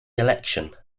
election